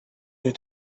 they